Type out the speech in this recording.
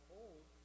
old